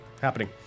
happening